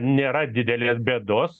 nėra didelės bėdos